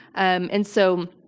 um and so,